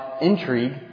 intrigue